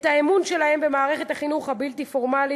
את האמון שלהם במערכת החינוך הבלתי-פורמלית